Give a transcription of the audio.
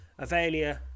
Avelia